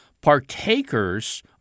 partakers